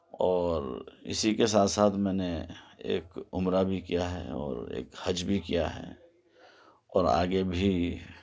اور اِسی کے ساتھ ساتھ میں نے ایک عمرہ بھی کیا ہے اور ایک حج بھی کیا ہے اور آگے بھی